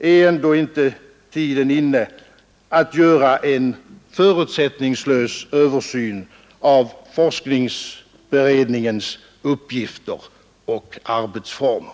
Är ändå inte tiden inne, her statsminister, att göra en förutsättningslös översyn av forskningsberedningens uppgifter och arbetsformer?